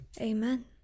Amen